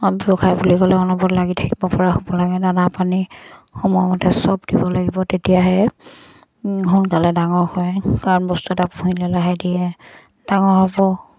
ব্যৱসায় বুলি ক'লে অনবৰত লাগি থাকিব পৰা হ'ব লাগে দানা পানী সময়মতে চব দিব লাগিব তেতিয়াহে সোনকালে ডাঙৰ হয় কাৰণ বস্তু এটা পুহি ল'লেহে দিয়ে ডাঙৰ হ'ব